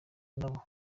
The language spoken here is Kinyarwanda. nabo